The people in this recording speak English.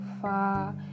far